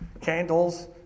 candles